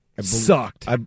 sucked